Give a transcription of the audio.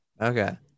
Okay